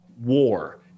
war